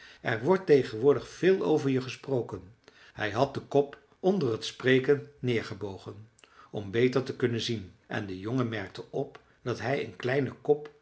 er wordt tegenwoordig veel over je gesproken hij had den kop onder het spreken neergebogen om beter te kunnen zien en de jongen merkte op dat hij een kleinen kop